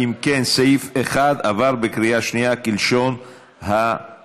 אם כן, סעיף 1 עבר בקריאה שנייה כלשון הוועדה.